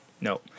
No